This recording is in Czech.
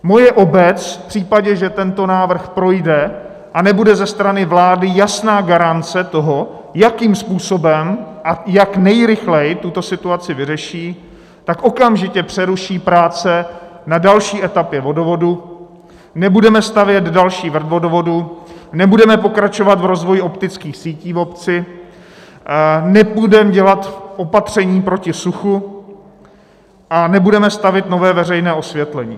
Moje obec, v případě, že tento návrh projde a nebude ze strany vlády jasná garance toho, jakým způsobem a jak nejrychleji tuto situaci vyřeší, tak okamžitě přeruší práce na další etapě vodovodu, nebudeme stavět další vrt vodovodu, nebudeme pokračovat v rozvoji optických sítí v obci, nebudeme dělat opatření proti suchu a nebudeme stavět nové veřejné osvětlení.